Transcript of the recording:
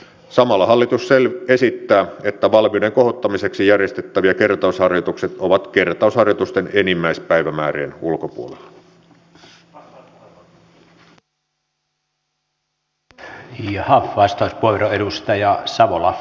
samalla hallitus esittää että valmiuden kohottamiseksi järjestettävät kertausharjoitukset ovat kertausharjoitusten enimmäispäivämäärien ulkopuolella